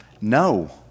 no